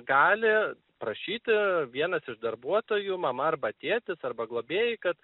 gali prašyti vienas iš darbuotojų mama arba tėtis arba globėjai kad